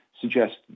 suggest